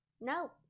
no